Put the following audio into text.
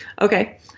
Okay